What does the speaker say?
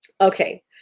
Okay